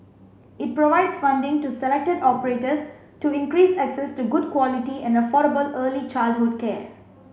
it provides funding to selected operators to increase access to good quality and affordable early childhood care